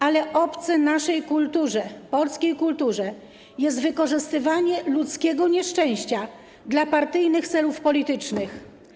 Ale obce naszej kulturze, polskiej kulturze jest wykorzystywanie ludzkiego nieszczęścia dla partyjnych celów politycznych.